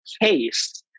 case